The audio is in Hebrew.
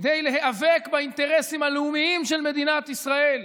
כדי להיאבק באינטרסים הלאומיים של מדינת ישראל,